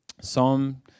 Psalm